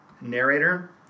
narrator